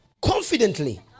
confidently